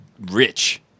rich